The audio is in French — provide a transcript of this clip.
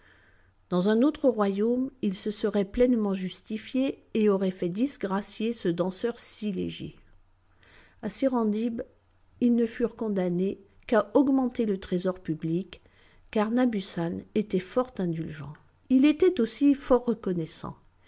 dans un autre royaume ils se seraient pleinement justifiés et auraient fait disgracier ce danseur si léger à serendib ils ne furent condamnés qu'à augmenter le trésor public car nabussan était fort indulgent il était aussi fort reconnaissant